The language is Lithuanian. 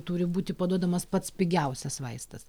turi būti paduodamas pats pigiausias vaistas